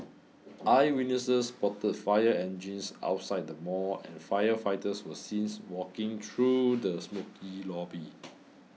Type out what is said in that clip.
eyewitnesses spotted fire engines outside the mall and firefighters were seen walking through the smokey lobby